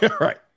right